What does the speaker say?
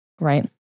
right